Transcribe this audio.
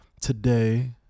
today